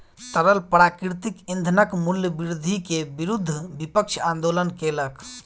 तरल प्राकृतिक ईंधनक मूल्य वृद्धि के विरुद्ध विपक्ष आंदोलन केलक